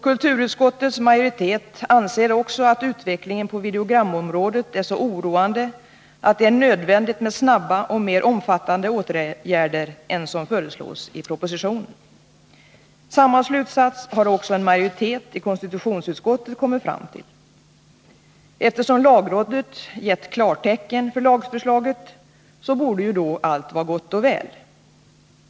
Kulturutskottets majoritet anser också att utvecklingen på videogramområ det är så oroande att det är nödvändigt med snabba åtgärder, och dessutom mer omfattande än som föreslås i propositionen. Samma slutsats har också en majoritet i konstitutionsutskottet kommit fram till. Eftersom lagrådet gett klartecken för lagförslaget borde allt vara gott och väl.